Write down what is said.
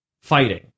fighting